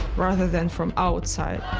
rather than from outside.